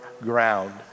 ground